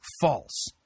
false